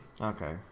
Okay